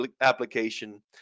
application